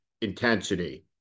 intensity